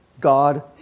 God